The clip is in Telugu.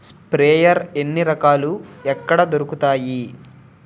స్ప్రేయర్ ఎన్ని రకాలు? ఎక్కడ దొరుకుతాయి?